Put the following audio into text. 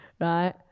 right